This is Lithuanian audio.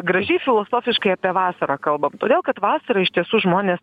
gražiai filosofiškai apie vasarą kalba todėl kad vasarą iš tiesų žmonės